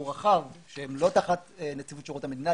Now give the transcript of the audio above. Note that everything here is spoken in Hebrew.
רחב שהם שלא תחת נציבות שירות המדינה.